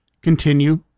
continue